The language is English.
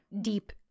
deep